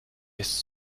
ist